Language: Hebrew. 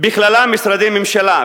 בכללם משרדי הממשלה,